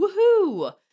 Woohoo